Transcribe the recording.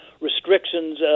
restrictions